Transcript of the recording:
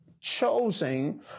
chosen